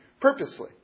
Purposely